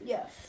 Yes